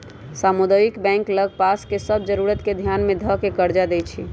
सामुदायिक बैंक लग पास के सभ जरूरत के ध्यान में ध कऽ कर्जा देएइ छइ